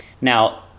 Now